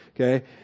okay